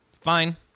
Fine